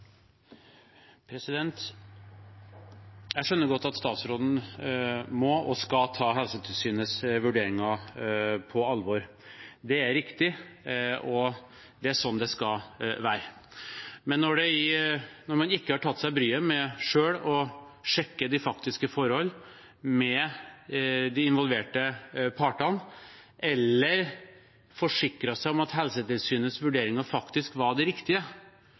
skal ta Helsetilsynets vurderinger på alvor. Det er riktig, og det er sånn det skal være. Men når man ikke har tatt seg bryet med selv å sjekke de faktiske forhold med de involverte partene eller forsikret seg om at Helsetilsynets vurderinger faktisk var det riktige,